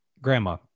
grandma